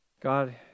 God